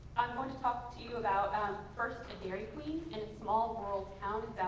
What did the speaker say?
i'm going to talk to you about first a dairy queen in a small rural town